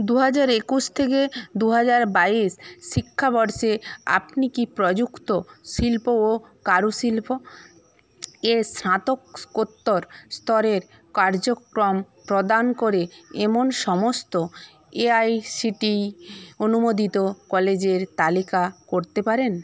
দুহাজার একুশ থেকে দুহাজার বাইশ শিক্ষাবর্ষে আপনি কি প্রযুক্ত শিল্প ও কারুশিল্প এর স্নাতসকোত্তর স্তরের কার্যক্রম প্রদান করে এমন সমস্ত এআইসিটিই অনুমোদিত কলেজের তালিকা করতে পারেন